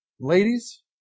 Ladies